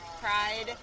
pride